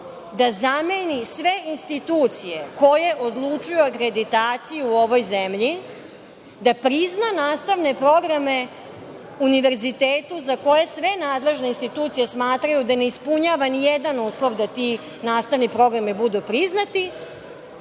da zameni sve institucije koje odlučuju o akreditaciji u ovoj zemlji, da prizna nastavne programe univerzitetu za koje sve nadležne institucije smatraju da ne ispunjava ni jedan uslov da ti nastavni programi budu priznati